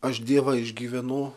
aš dievą išgyvenu